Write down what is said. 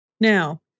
Now